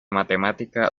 matemática